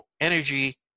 energy